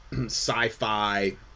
sci-fi